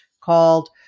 called